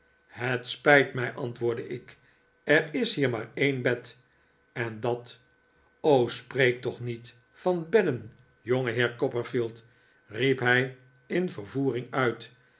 het spijt mij antwoordde ik er is hier maar een bed en dat o spreek toch niet van bedden jongeheer copperfield riep hij in vervoering uit